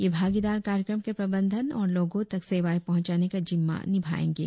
ये भागीदार कार्यक्रम के प्रबंधन और लोगों त क सेवाएं पहुंचाने का जिम्मा निभाएंगे